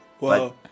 Wow